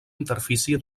interfície